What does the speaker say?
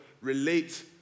relate